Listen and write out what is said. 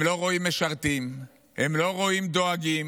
הם לא רואים משרתים, הם לא רואים דואגים,